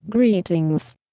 Greetings